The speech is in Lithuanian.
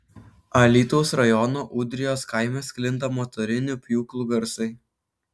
alytaus rajono ūdrijos kaime sklinda motorinių pjūklų garsai